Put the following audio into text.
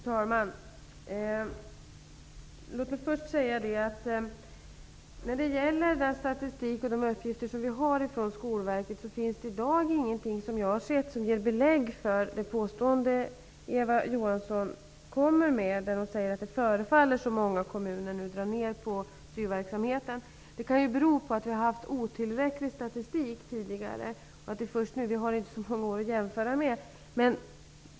Fru talman! Låt mig först säga att det i den statistik och de uppgifter som vi har fått från Skolverket i dag inte finns någonting som ger belägg för det påstående som Eva Johansson kom med. Hon sade att det förefaller som om många kommuner nu drar ner på syoverksamheten. Det kan bero på att vi tidigare haft otillräcklig statistik. Vi har inte så många år att jämföra med.